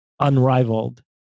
unrivaled